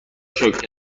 شکر